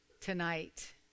tonight